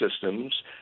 systems